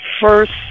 first